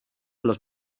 los